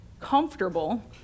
comfortable